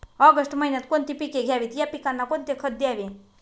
August महिन्यात कोणती पिके घ्यावीत? या पिकांना कोणते खत द्यावे?